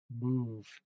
move